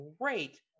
great